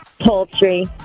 Poultry